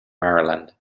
maryland